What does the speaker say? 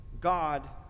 God